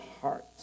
hearts